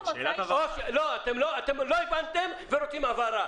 אתם לא הבנתם ואתם רוצים הבהרה,